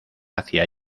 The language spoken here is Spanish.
hacia